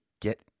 get